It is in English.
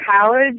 college